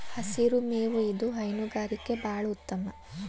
ಹಸಿರು ಮೇವು ಇದು ಹೈನುಗಾರಿಕೆ ಬಾಳ ಉತ್ತಮ